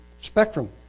spectrum